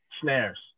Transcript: snares